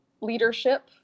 leadership